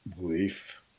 belief